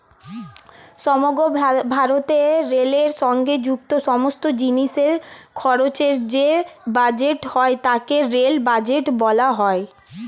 সমগ্র ভারতে রেলের সঙ্গে যুক্ত সমস্ত জিনিসের খরচের যে বাজেট হয় তাকে রেল বাজেট বলা হয়